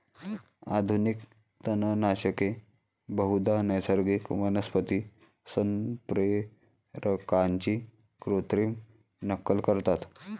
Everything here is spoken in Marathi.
आधुनिक तणनाशके बहुधा नैसर्गिक वनस्पती संप्रेरकांची कृत्रिम नक्कल करतात